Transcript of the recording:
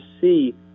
see